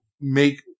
make